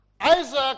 isaac